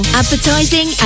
advertising